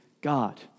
God